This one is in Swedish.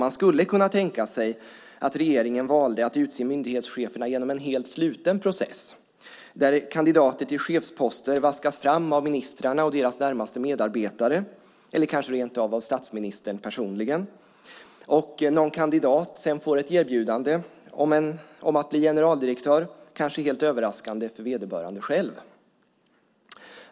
Man skulle kunna tänka sig att regeringen valde att utse myndighetscheferna genom en helt sluten process där kandidater till chefsposter vaskas fram av ministrarna och deras närmaste medarbetare eller kanske av statsministern personligen rent av. Någon kandidat får sedan ett erbjudande om att bli generaldirektör, kanske helt överraskande för vederbörande själv.